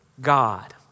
God